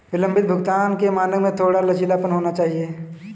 विलंबित भुगतान के मानक में थोड़ा लचीलापन होना चाहिए